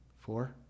Four